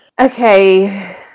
Okay